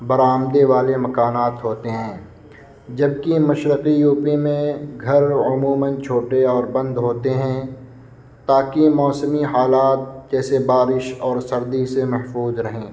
برامدے والے مکانات ہوتے ہیں جبکہ مشرقی یو پی میں گھر عموماً چھوٹے اور بند ہوتے ہیں تاکہ موسمی حالات جیسے بارش اور سردی سے محفوظ رہیں